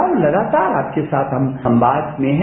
हम लगातार आपके साथ संवाद में हैं